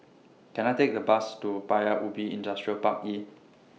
Can I Take A Bus to Paya Ubi Industrial Park E